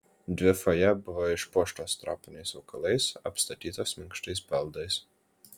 dvi fojė buvo išpuoštos tropiniais augalais apstatytos minkštais baldais